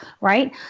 Right